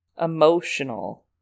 Emotional